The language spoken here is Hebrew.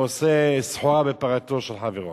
ועושה סחורה בפרתו של חברו.